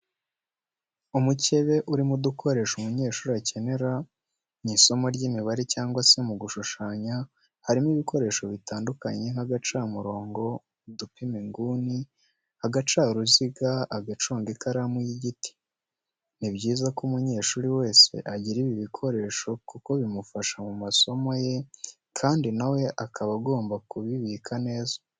Umukebe urimo udukoresho umunyeshuri akenera mu isomo ry'imibare cyangwa se mu gushushanya, harimo ibikoresho bitandukanye nk'agacamurongo, udupima inguni, agacaruziga, agaconga ikaramu y'igiti. Ni byiza ko umunyeshuri wese agira ibi bikoresho kuko bimufasha mu masomo ye kandi na we akaba agomba kubibika neza.